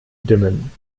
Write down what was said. dimmen